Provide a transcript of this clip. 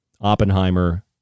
Oppenheimer